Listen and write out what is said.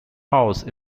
house